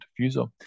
diffuser